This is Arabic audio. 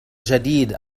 جديد